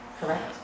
Correct